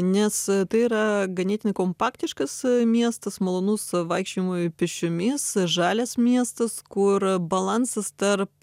nes tai yra ganėtinai kompaktiškas miestas malonus vaikščiojimui pėsčiomis žalias miestas kur balansas tarp